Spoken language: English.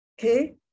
okay